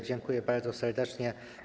Dziękuję bardzo serdecznie.